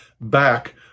back